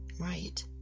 right